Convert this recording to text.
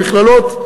במכללות,